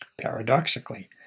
Paradoxically